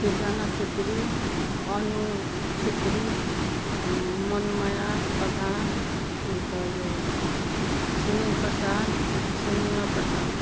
सृजना क्षेत्री अनु क्षेत्री मनमाया प्रधान अन्त यो सुनिल प्रसाद सोनिया प्रसाद